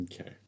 Okay